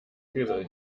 gesicht